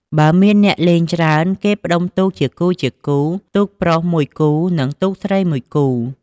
បើមានអ្នករលេងច្រើនគេផ្គុំទូកជាគូៗ ទូកប្រុស ១មួយគូ និងទូកស្រី ១ មួយគូ។